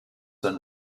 and